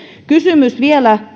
kysymys vielä